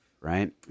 right